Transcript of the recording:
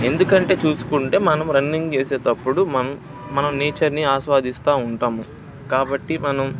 ఎందుకంటే చూసుకుంటే మనం రన్నింగ్ చేసేటప్పుడు మనం మనం నేచర్ని ఆస్వాదిస్తు ఉంటాము కాబట్టి మనం